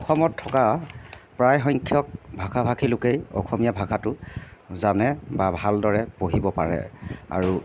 অসমত থকা প্ৰায় সংখ্যক ভাষা ভাষী লোকেই অসমীয়া ভাষাটো জানে বা ভালদৰে পঢ়িব পাৰে আৰু